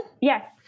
Yes